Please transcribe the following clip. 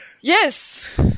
Yes